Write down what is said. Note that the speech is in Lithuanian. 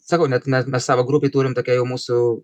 sakau net me mes savo grupėj turim tokią jau mūsų